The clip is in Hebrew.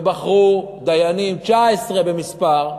ובחרו דיינים, 19 במספר,